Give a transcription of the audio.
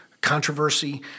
controversy